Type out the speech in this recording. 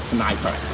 Sniper